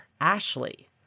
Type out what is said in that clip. Ashley